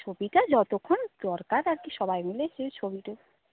ছবিটা যতক্ষণ দরকার আর কি সবাই মিলে যে ছবিতে